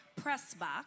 PRESSBOX